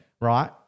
right